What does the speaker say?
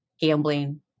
Gambling